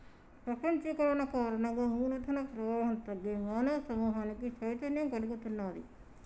ప్రపంచీకరణ కారణంగా మూల ధన ప్రవాహం తగ్గి మానవ సమూహానికి చైతన్యం కల్గుతున్నాది